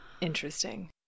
Interesting